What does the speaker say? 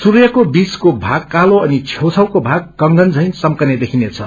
सूर्यको बीचको भाग कालो अनि छेउछाउको भाग कंगन झैं चम्कने देखिनेछ